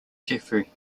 geoffrey